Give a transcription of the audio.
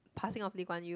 passing of Lee-Kuan-Yew